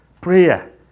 prayer